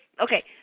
okay